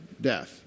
death